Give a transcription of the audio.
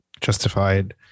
justified